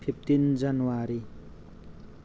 fifteen January